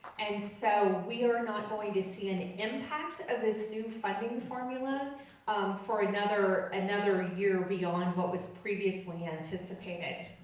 and so we are not going to see an impact of this new i mean formula um for another another ah year beyond what was previously anticipated.